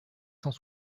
cent